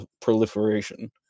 proliferation